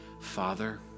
Father